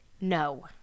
No